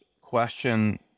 question